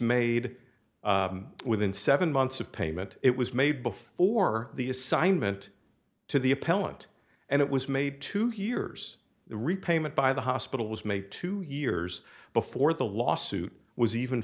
made within seven months of payment it was made before the assignment to the appellant and it was made to hears the repayment by the hospital was made two years before the lawsuit was even